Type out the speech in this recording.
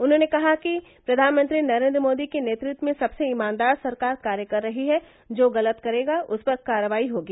उन्होंने कहा कि प्रधानमंत्री नरेंद्र मोदी के नेतृत्व में सबसे ईमानदार सरकार कार्य कर रही है जो गलत करेगा उसपर कार्रवाई होगी